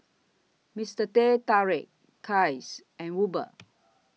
Mister Teh Tarik Kiehl's and Uber